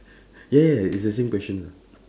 ya ya it's the same question lah